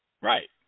right